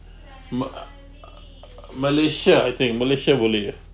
ma~ err err malaysia I think malaysia boleh ya